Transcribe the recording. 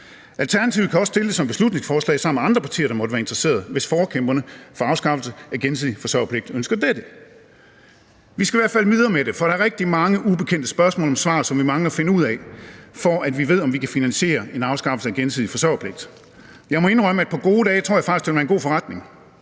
Alternativet kan også fremsætte det som beslutningsforslag sammen med andre partier, der måtte være interesseret, hvis forkæmperne for afskaffelse af gensidig forsørgerpligt ønsker dette. Vi skal i hvert fald videre med det, for der er rigtig mange ubekendte spørgsmål og svar, som vi mangler at finde ud af, for at vi ved, om vi kan finansiere en afskaffelse af gensidig forsørgerpligt. Jeg må indrømme, at på gode dage tror jeg faktisk, det vil være en god forretning.